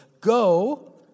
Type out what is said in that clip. Go